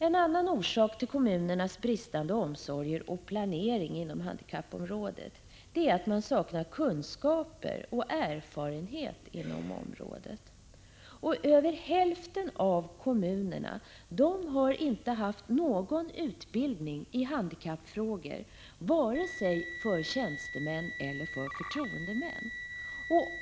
En annan orsak till kommunernas bristande omsorger och planering inom handikappområdet är att man saknar kunskap och erfarenhet på området. Över hälften av kommunerna har inte haft någon utbildning i handikappfrågor vare sig för tjänstemän eller för förtroendemän.